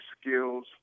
skills